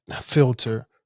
filter